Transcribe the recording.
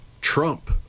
Trump